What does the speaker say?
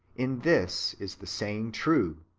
in this is the saying true,